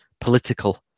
political